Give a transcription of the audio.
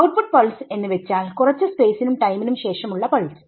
output pulse എന്ന് വെച്ചാൽ കുറച്ചു സ്പേസിനും ടൈമിനും ശേഷമുള്ള പൾസ്